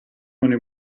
coi